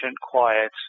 quiet